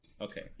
Okay